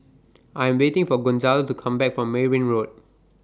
I Am waiting For Gonzalo to Come Back from Merryn Road